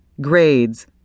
grades